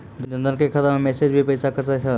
जन धन के खाता मैं मैसेज के भी पैसा कतो छ?